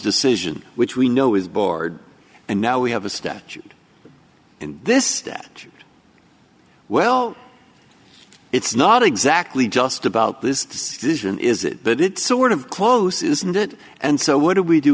decision which we know is bored and now we have a statute in this that well it's not exactly just about this decision is it but it sort of close isn't it and so what do we do